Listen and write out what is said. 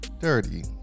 Dirty